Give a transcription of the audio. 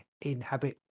inhabit